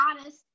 honest